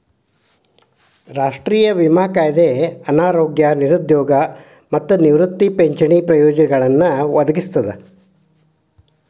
ರಾಷ್ಟ್ರೇಯ ವಿಮಾ ಕಾಯ್ದೆ ಅನಾರೋಗ್ಯ ನಿರುದ್ಯೋಗ ಮತ್ತ ನಿವೃತ್ತಿ ಪಿಂಚಣಿ ಪ್ರಯೋಜನಗಳನ್ನ ಒದಗಿಸ್ತದ